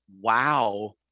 wow